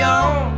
on